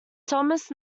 thomas